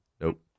Nope